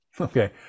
Okay